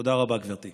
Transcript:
תודה רבה, גברתי.